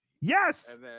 Yes